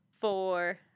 four